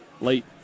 late